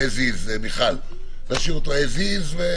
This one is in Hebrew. אם זה מה שהוועדה רוצה, פשוט לכתוב סעיף אחר.